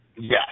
Yes